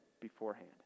beforehand